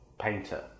painter